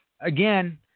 Again